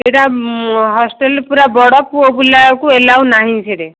ସେଇଟା ହଷ୍ଟେଲ୍ ପୁରା ବଡ଼ ପୁଅ ପିଲାକୁ ଏଲାଓ ନାହିଁ ସେଇଠି